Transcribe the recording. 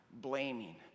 blaming